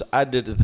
added